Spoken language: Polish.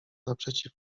naprzeciw